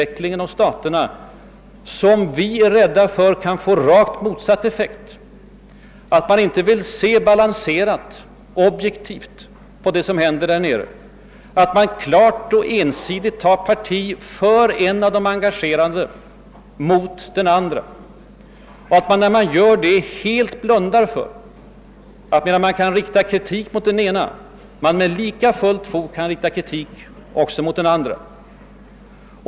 vecklingen och staterna väljer metoder som vi är rädda för kan få rakt motsatt effekt, vidare att man inte vill se balanserat och objektivt på det som händer där nere, att man klart och ensidigt tar parti för en av de engagerade mot den andra och att man när man gör detta helt blundar för att då det riktas kritik mot den ena parten kan det också med lika fullt fog riktas kritik mot den andra.